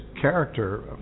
character